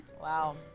Wow